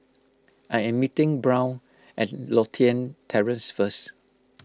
I am meeting Brown at Lothian Terrace first